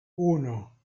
uno